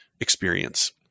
Experience